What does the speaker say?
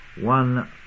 One